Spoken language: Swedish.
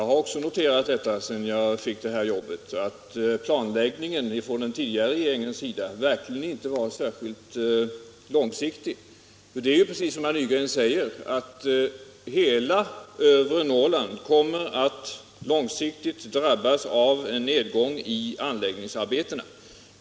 Herr talman! Sedan jag fick detta jobb har också jag noterat att den tidigare regeringens planläggning verkligen inte var särskilt långsiktig. Precis som herr Nygren säger kommer hela övre Norrland att långsiktigt drabbas av en nedgång i anläggningsarbetena.